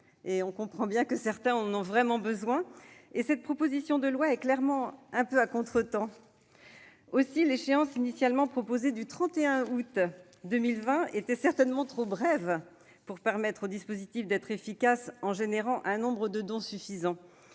en vacances- certains en ont vraiment besoin -et cette proposition de loi est clairement à contretemps. L'échéance initialement proposée du 31 août 2020 était certainement trop brève pour permettre au dispositif d'être efficace en suscitant un nombre de dons suffisant.